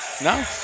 No